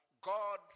God